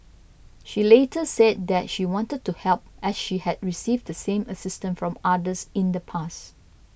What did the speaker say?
she later said that she wanted to help as she had received the same assistance from others in the past